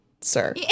sir